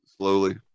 slowly